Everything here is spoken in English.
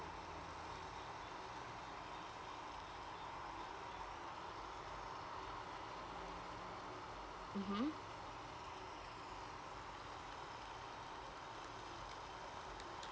mmhmm